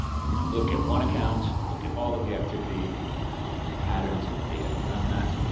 ah you can look at one account, look at all of the activity and and the patterns and the data around that.